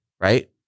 Right